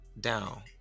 down